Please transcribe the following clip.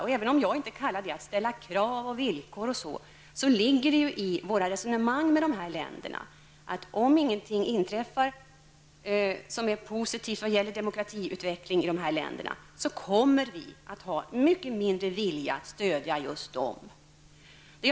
Och även om jag inte kallar detta att ställa krav och villkor, så ligger det i våra resonemang med dessa länder att om ingenting inträffar som är positivt när det gäller demokratiutvecklingen kommer vi att ha mycket mindre vilja att stödja just dessa länder.